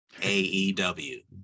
AEW